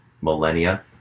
millennia